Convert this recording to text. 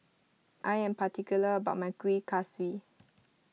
I am particular about my Kuih Kaswi